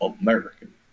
American